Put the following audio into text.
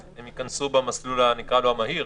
הם ייכנסו במסלול המהיר,